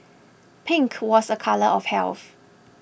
pink was a colour of health